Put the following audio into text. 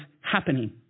happening